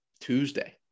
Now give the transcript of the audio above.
Tuesday